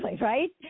Right